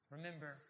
Remember